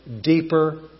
deeper